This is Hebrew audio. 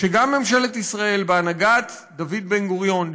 שגם ממשלת ישראל בהנהגת דוד בן-גוריון,